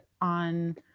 on